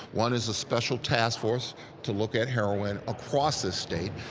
one is a special task force to look at heroin across this state,